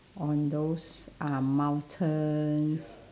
on those uh mountains